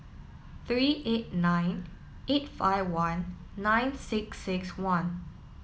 three eight nine eight five one nine six six one